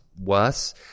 worse